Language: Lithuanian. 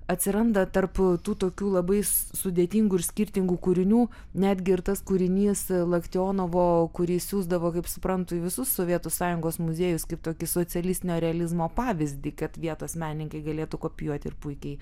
atsiranda tarp tų tokių labai s sudėtingų ir skirtingų kūrinių net gi ir tas kūrinys loktionovo kurį siųsdavo kaip suprantu į visus sovietų sąjungos muziejus kaip tokį socialistinio realizmo pavyzdį kad vietos menininkai galėtų kopijuoti ir puikiai